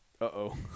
uh-oh